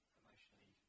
emotionally